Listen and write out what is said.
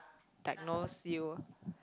diagnose you